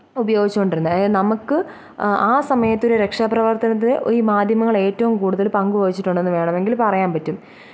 ഉപയോഗിച്ചു കൊണ്ടിരുന്നത് അതായത് നമുക്ക് ആ സമയത്ത് ഒരു രക്ഷാപ്രവര്ത്തനത്തിന് ഈ മാധ്യമങ്ങൾ ഏറ്റവും കൂടുതൽ പങ്ക് വഹിച്ചിട്ടുണ്ടെന്ന് വേണമെങ്കിൽ പറയാന് പറ്റും